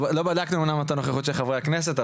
לא בדקנו את הנוכחות של חברי הכנסת,